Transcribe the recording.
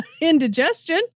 indigestion